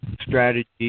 strategy